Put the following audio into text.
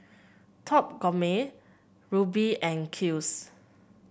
Top Gourmet Rubi and Kiehl's